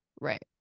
right